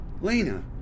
Lena